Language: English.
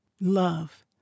love